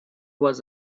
was